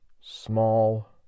small